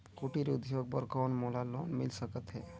कुटीर उद्योग बर कौन मोला लोन मिल सकत हे?